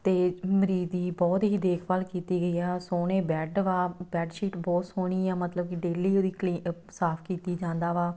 ਅਤੇ ਮਰੀਜ਼ ਦੀ ਬਹੁਤ ਹੀ ਦੇਖਭਾਲ ਕੀਤੀ ਗਈ ਆ ਸੋਹਣੇ ਬੈੱਡ ਵਾ ਬੈੱਡ ਸ਼ੀਟ ਬਹੁਤ ਸੋਹਣੀ ਆ ਮਤਲਬ ਕਿ ਡੇਲੀ ਉਹਦੀ ਕਲੀਅ ਸਾਫ਼ ਕੀਤੀ ਜਾਂਦਾ ਵਾ